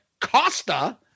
Costa